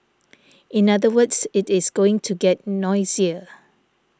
in other words it is going to get noisier